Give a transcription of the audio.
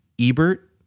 Ebert